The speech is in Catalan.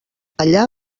allà